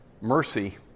mercy